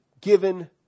given